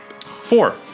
Four